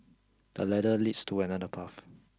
the ladder leads to another path